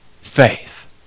faith